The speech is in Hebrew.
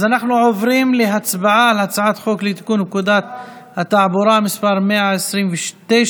אז אנחנו עוברים להצבעה על הצעת חוק לתיקון פקודת התעבורה (מס' 129),